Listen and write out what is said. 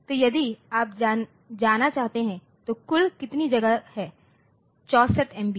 तो यदि आप जाना चाहते हैं तो कुल कितनी जगह है 64 एमबी